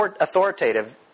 authoritative